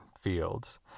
fields